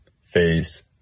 face